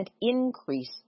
increase